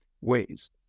ways